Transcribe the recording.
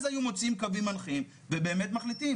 אז היו מוציאים קווים מנחים ובאמת מחליטים.